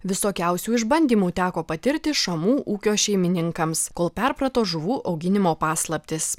visokiausių išbandymų teko patirti šamų ūkio šeimininkams kol perprato žuvų auginimo paslaptis